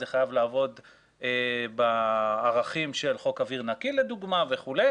זה חייב לעבוד בערכים של חוק אוויר נקי לדוגמה וכולי,